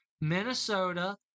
Minnesota